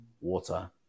water